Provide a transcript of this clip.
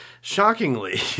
shockingly